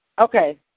Okay